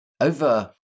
over